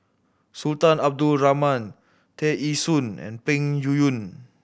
Sultan Abdul Rahman Tear Ee Soon and Peng Yuyun